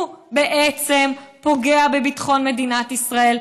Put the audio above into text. הוא בעצם פוגע בביטחון מדינת ישראל.